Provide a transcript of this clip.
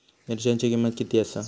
मिरच्यांची किंमत किती आसा?